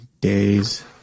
days